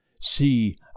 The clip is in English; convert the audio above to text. see